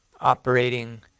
operating